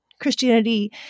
Christianity